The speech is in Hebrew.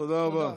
תודה רבה.